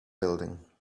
building